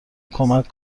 کمک